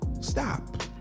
Stop